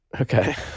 Okay